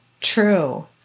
true